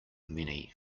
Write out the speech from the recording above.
many